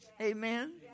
Amen